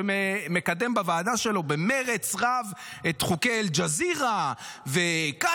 שמקדם בוועדה שלו במרץ רב את חוקי אל-ג'זירה וקטר,